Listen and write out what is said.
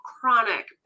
chronic